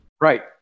Right